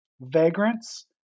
vagrants